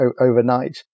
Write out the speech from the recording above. overnight